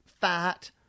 fat